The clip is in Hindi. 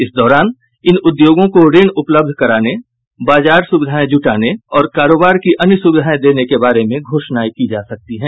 इस दौरान इन उद्योगों को ऋण उपलब्ध कराने बाजार सुविधाएं जुटाने और कारोबार की अन्य सुविधाएं देने के बारे में घोषणाएं की जा सकती हैं